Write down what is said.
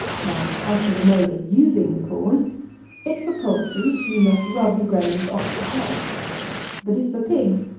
now, as to the mode of using the corn if for poultry, you must rub the grains off the cob but if for pigs,